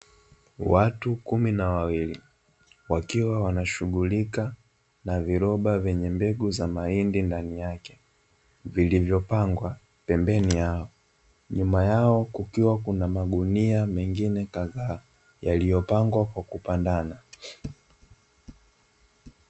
Watu kumi na wawili wakiwa wanashughulika na viroba vyenye mbegu za mahindi ndani yake. Vilivyopangwa pembeni yao. Nyuma yao kukiwa na magunia mengine kadhaa, yaliyopangwa kwa kupandana.